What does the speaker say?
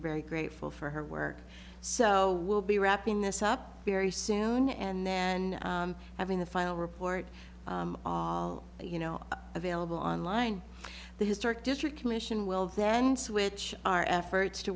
very grateful for her work so we'll be wrapping this up very soon and then having the final report all you know available online the historic district commission will then switch our efforts to